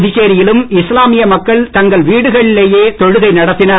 புதுச்சேரியிலும் இஸ்லாமிய மக்கள் தங்கள் வீடுகளிலேயே தொழுகை நடத்தினர்